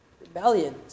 Rebellion